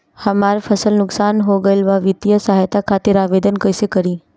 हमार फसल नुकसान हो गईल बा वित्तिय सहायता खातिर आवेदन कइसे करी?